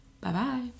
Bye-bye